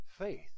Faith